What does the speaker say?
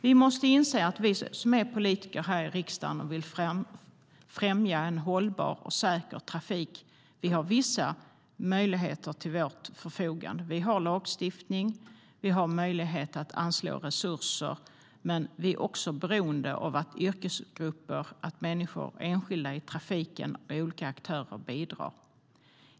Vi måste inse att vi politiker här i riksdagen som vill främja en hållbar och säker trafik har vissa möjligheter till vårt förfogande. Vi kan lagstifta och anslå resurser. Vi är dock beroende av att olika aktörer i trafiken bidrar.